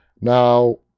Now